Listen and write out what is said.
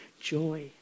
joy